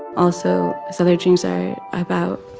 also, his other dreams are about